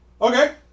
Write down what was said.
Okay